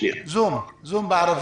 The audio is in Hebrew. בשני משפטים לסיכום של השבועיים האחרונים